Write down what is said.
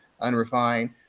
unrefined